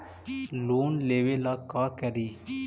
Loan लेबे ला का करि?